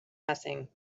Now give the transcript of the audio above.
nothing